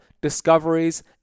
discoveries